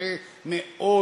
קשה מאוד.